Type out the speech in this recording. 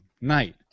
Night